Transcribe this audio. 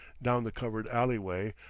down the covered alleyway,